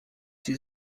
sie